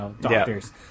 doctors